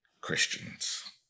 Christians